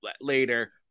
later